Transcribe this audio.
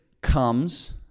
comes